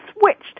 switched